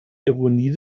ironie